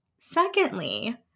secondly